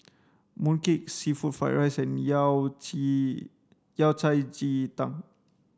mooncake seafood fried rice and yao ji yao cai ji tang